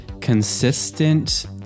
consistent